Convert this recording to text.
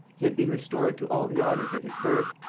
he had been restored to all the honors of his birth,